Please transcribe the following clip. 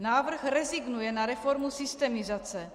Návrh rezignuje na reformu systemizace.